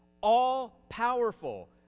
all-powerful